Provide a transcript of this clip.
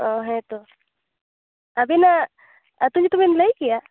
ᱚ ᱦᱮᱸ ᱛᱳ ᱟᱵᱮᱱᱟᱜ ᱟᱹᱛᱩ ᱧᱩᱛᱩ ᱵᱮᱱ ᱞᱟᱹᱭ ᱠᱮᱭᱟ